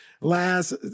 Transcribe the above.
Last